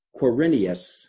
Quirinius